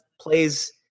plays